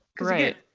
Right